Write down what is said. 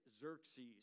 Xerxes